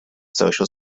social